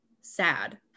sad